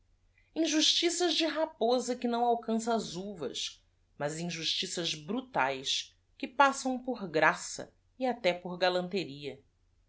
injustiças njustiças de raposa que não alcança as uvas mas injustiças brutaes que passam por graça e até por galanteria